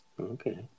Okay